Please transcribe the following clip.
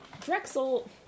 Drexel